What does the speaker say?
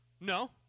No